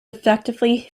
effectively